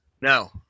No